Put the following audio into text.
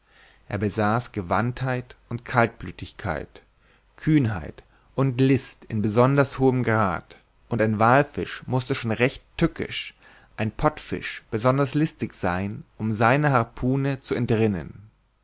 er besaß gewandtheit und kaltblütigkeit kühnheit und list in besonders hohem grad und ein wallfisch mußte schon recht tückisch ein pottfisch besonders listig sein um seiner harpune zu entrinnen